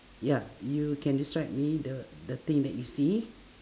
ya you can describe me the the thing that you see